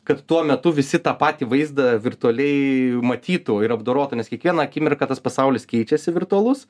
kad tuo metu visi tą patį vaizdą virtualiai matytų ir apdorotą nes kiekvieną akimirką tas pasaulis keičiasi virtualus